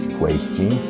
question